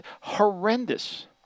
horrendous